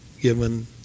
given